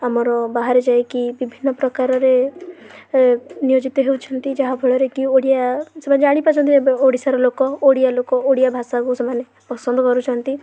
ଆମର ବାହାରେ ଯାଇକି ବିଭିନ୍ନ ପ୍ରକାରରେ ନିୟୋଜିତ ହେଉଛନ୍ତି ଯାହାଫଳରେ କି ଓଡ଼ିଆ ସେମାନେ ଜାଣିପାରୁଛନ୍ତି ଏବେ ଓଡ଼ିଶାର ଲୋକ ଓଡ଼ିଆ ଲୋକ ଓଡ଼ିଆ ଭାଷାକୁ ସେମାନେ ପସନ୍ଦ କରୁଛନ୍ତି